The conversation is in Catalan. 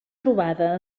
trobada